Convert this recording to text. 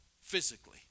physically